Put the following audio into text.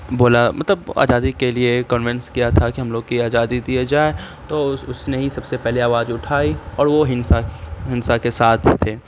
بولا مطلب آزادی کے لیے کنونس کیا تھا کہ ہم کی آزادی دیا جائے تو اس اس نے ہی سب سے پہلے آواز اٹھائی اور وہ اہنسا اہنسا کے ساتھ تھے